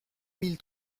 mille